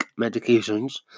medications